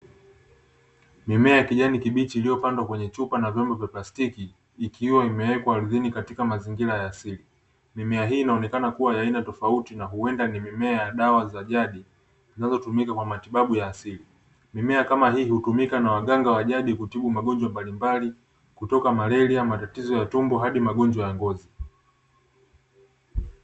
Mimea ya kijani kibichi iliyopandwa kwenye chupa na vyombo vya plastiki, ikiwa imewekwa ardhini katika mazingira ya asili. Mimea hii inaonekana kuwa ya aina tofauti na huenda ni mimea ya dawa za jadi, zinazotumika kwa matibabu ya asili. Mimea kama hii hutumika na waganga wa jadi kutibu magonjwa mbalimbali, kutoka malaria, matatizo ya tumbo hadi magonjwa ya ngozi.